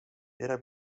era